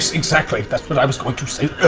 exactly. that's what i was going to say